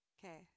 Okay